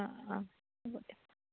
অঁ হ'ব দিয়ক